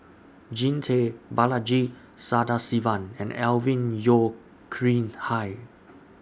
Jean Tay Balaji Sadasivan and Alvin Yeo Khirn Hai